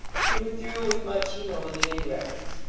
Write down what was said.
he withdrew with much humility and reverence.